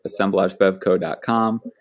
assemblagebevco.com